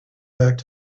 back